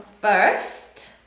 first